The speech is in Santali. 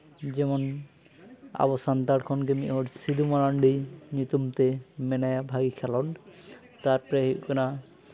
ᱡᱮᱢᱚᱱ ᱟᱵᱚ ᱥᱟᱱᱛᱟᱲ ᱠᱷᱚᱱᱜᱮ ᱢᱤᱫ ᱦᱚᱲ ᱥᱤᱫᱩ ᱢᱟᱨᱟᱱᱰᱤ ᱧᱩᱛᱩᱢ ᱛᱮ ᱢᱮᱱᱟᱭᱟ ᱵᱷᱟᱹᱜᱤ ᱠᱷᱮᱞᱚᱱᱰ ᱛᱟᱨᱯᱚᱨᱮ ᱦᱩᱭᱩᱜ ᱠᱟᱱᱟ